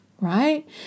right